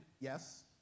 yes